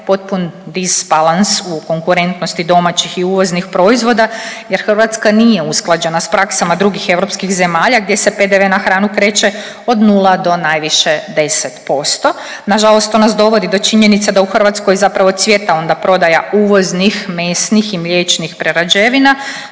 potpun disbalans u konkurentnosti domaćih i uvoznih proizvoda jer Hrvatska nije usklađena sa praksama drugih europskih zemalja gdje se PDV-e na hranu kreće od 0 do najviše 10%. Na žalost to nas dovodi do činjenica da u Hrvatskoj zapravo cvjeta onda prodaja uvoznih mesnih i mliječnih prerađevina,